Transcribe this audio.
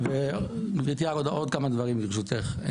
גברתי עוד כמה דברים ברשותך.